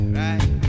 right